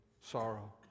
sorrow